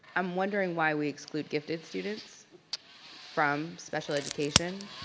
i'm wondering why we exclude gifted students from special education?